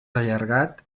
allargat